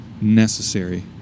necessary